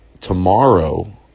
tomorrow